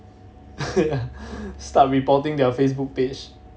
start reporting their Facebook page